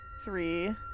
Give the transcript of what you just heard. three